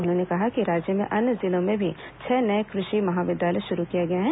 उन्होंने कहा कि राज्य के अन्य जिलों में भी छह नए कृषि महाविद्यालय शुरू किए गए हैं